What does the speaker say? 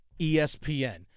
ESPN